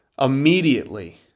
immediately